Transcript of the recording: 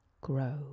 grow